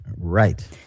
Right